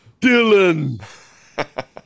Dylan